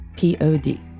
Pod